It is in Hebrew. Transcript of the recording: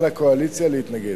על הקואליציה להתנגד.